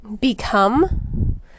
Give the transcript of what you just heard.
become